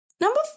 Number